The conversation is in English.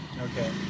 Okay